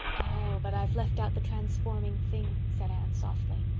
oh, but i've left out the transforming thing, said anne softly.